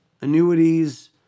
annuities